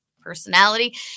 personality